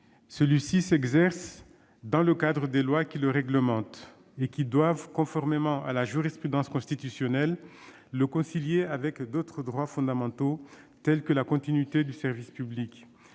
Celui-ci s'exerce « dans le cadre des lois qui le réglementent » et qui doivent, conformément à la jurisprudence constitutionnelle, le concilier avec d'autres droits fondamentaux, tels que la continuité du service public,